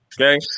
Okay